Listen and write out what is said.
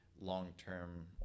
long-term